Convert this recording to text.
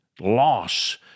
loss